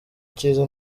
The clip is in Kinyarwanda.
kiza